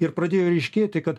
ir pradėjo ryškėti kad